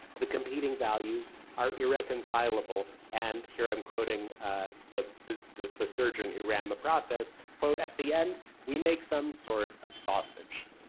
the competing values are irreconcilable. and here i'm quoting the the surgeon who ran the process, quote, at the end we make some sort of sausage.